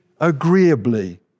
agreeably